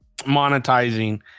monetizing